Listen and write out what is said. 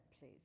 please